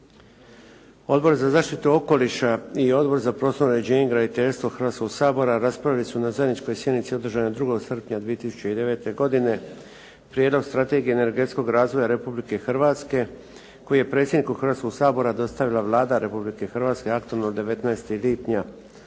Odbor za zaštitu okoliša i Odbor za prostorno uređenje i graditeljstvo Hrvatskog sabora raspravili su na zajedničkoj sjednici održanoj 2. srpnja 2009. Prijedlog strategije energetskog razvoja Republike Hrvatske, koji je predsjedniku Hrvatskog sabora dostavila Vlada Republike Hrvatske aktom od 19. lipnja